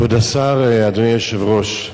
כבוד השר, אדוני היושב-ראש,